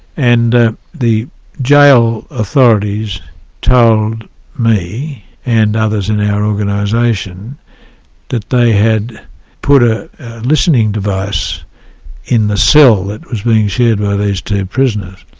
and ah the jail authorities told me and others in our organisation that they had put a listening device in the cell that was being shared by these two prisoners,